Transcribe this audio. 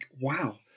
wow